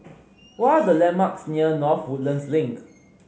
what are the landmarks near North Woodlands Link